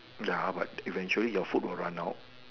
ya but eventually your food will run out